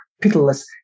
pitiless